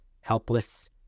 Helpless